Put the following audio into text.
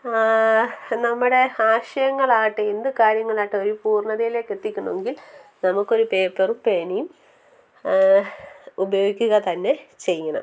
നമ്മുടെ ആശയങ്ങളാകട്ടെ എന്ത് കാര്യങ്ങളാകട്ടെ പൂർണ്ണതയിലേക്ക് എത്തിക്കണമെങ്കിൽ നമുക്ക് ഒരു പേപ്പറും പേനയും ഉപയോഗിക്കുക തന്നെ ചെയ്യണം